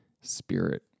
spirit